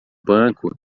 banco